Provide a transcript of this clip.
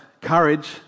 courage